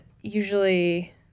usually